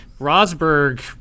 Rosberg